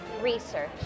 research